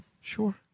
Sure